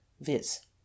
viz